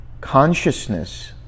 consciousness